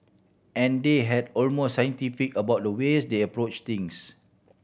and they had almost scientific about the ways they approach things